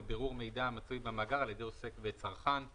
ובירור מידע המצוי במאגר על ידי עוסק וצרכן.